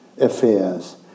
affairs